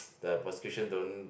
the prosecution don't